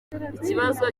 ikibazo